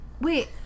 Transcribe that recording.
Wait